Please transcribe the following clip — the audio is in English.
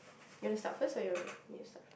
you want to start first or you want me to start first